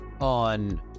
on